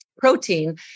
protein